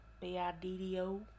B-I-D-D-O